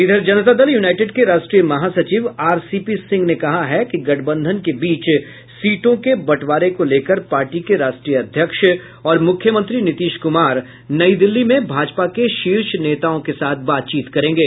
इधर जनता दल यूनाईटेड के राष्ट्रीय महासचिव आरसीपी सिंह ने कहा है कि गठबंधन के बीच सीटों के बंटवारे को लेकर पार्टी के राष्ट्रीय अध्यक्ष और मुख्यमंत्री नीतीश कुमार नई दिल्ली में भाजपा के शीर्ष नेताओं के साथ बातचीत करेंगे